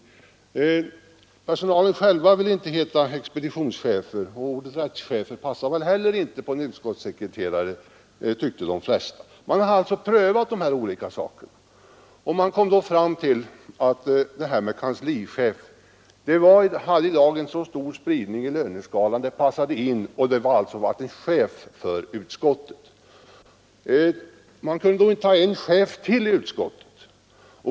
De berörda personerna ville själva inte heta expeditionschefer, och ordet rättschef passar väl inte heller på en utskottssekreterare, tyckte de flesta. Utredningen har alltså prövat de här olika sakerna och kommit fram till att titeln kanslichef dels passar in mot en stor del av löneskalan, dels markerar att det finns en chef för utskottet. Man kunde då inte ha en chef till i utskottet.